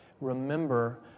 Remember